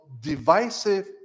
divisive